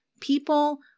People